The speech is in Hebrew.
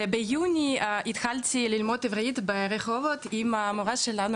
וביוני התחלתי ללמוד עברית ברחובות עם המורה שלנו,